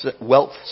wealth